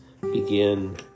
begin